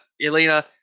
Elena